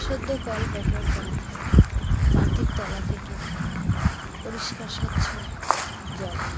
সদ্য কল ব্যবহার করা মাটির তলা থেকে পরিষ্কার স্বচ্ছ জল